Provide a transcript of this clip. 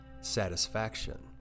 satisfaction